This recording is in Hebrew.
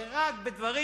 זה רק בדברים,